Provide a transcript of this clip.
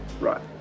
Right